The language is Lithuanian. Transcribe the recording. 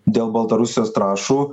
dėl baltarusijos trąšų